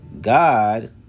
God